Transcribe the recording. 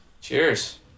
cheers